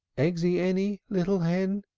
eggsy-any, little hen?